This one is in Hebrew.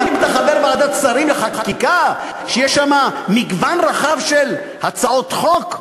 אם אתה חבר ועדת שרים לחקיקה שיש שם מגוון רחב של הצעות חוק,